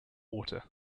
water